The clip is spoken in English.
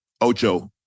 Ocho